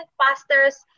pastors